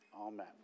Amen